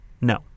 no